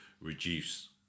reduce